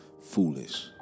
foolish